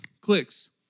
clicks